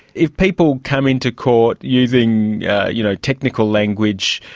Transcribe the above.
if people come into court using yeah you know technical language,